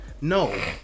No